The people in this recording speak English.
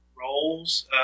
roles